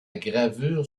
gravure